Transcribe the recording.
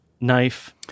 knife